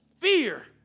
fear